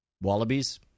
Wallabies